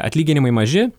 atlyginimai maži